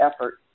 effort